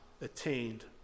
attained